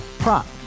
Prop